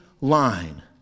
line